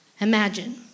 imagine